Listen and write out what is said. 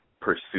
Pursue